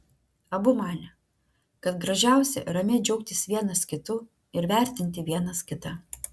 abu manė kad gražiausia ramiai džiaugtis vienas kitu ir vertinti vienas kitą